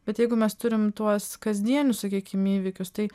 bet jeigu mes turim tuos kasdienius sakykim įvykius tai